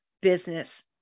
business